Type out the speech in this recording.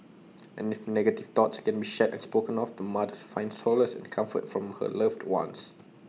and if negative thoughts can be shared and spoken of the mother finds solace and comfort from her loved ones